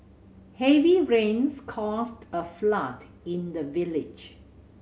heavy rains caused a flood in the village